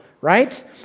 right